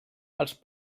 els